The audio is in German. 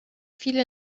viele